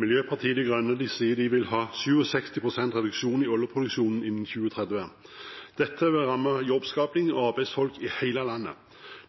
Miljøpartiet De Grønne sier at de vil ha 67 pst. reduksjon i oljeproduksjonen innen 2030. Dette vil ramme jobbskaping og arbeidsfolk i hele landet.